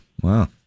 wow